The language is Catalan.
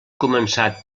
començat